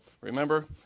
remember